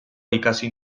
ikasi